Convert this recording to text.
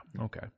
okay